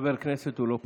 חבר כנסת הוא לא פשוט.